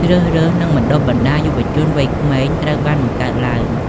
ជ្រើសរើស និងបណ្ដុះបណ្ដាលយុវជនវ័យក្មេងត្រូវបានបង្កើតឡើង។